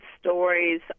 stories